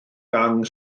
gang